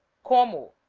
como,